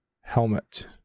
helmet